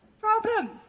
problem